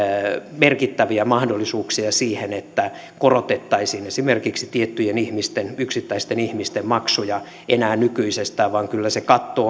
merkittäviä mahdollisuuksia siihen että korotettaisiin esimerkiksi tiettyjen ihmisten yksittäisten ihmisten maksuja enää nykyisestään vaan kyllä se katto